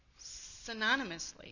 synonymously